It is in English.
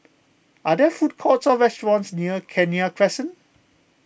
are there food courts or restaurants near Kenya Crescent